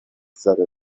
زده